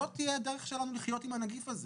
זו תהיה הדרך שלנו לחיות עם הנגיף הזה.